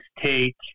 take